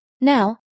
Now